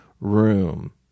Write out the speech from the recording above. room